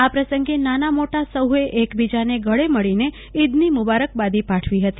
આ પ્રસંગે નાના મોટા સહુએ એકબીજાને ગળે મળીને ઈદની મુબારક બાદી પાઠવી હતી